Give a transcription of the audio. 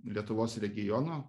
lietuvos regiono